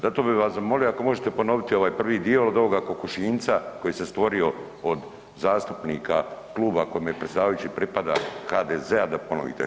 Zato bi vas zamolio ako možete ponoviti ovaj prvi dio jel od ovoga kokošinjca koji se stvorio od zastupnika kluba kojem i predsjedavajući pripada HDZ-a da ponovite.